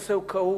הנושא הוא כאוב,